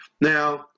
Now